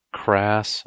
crass